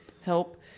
help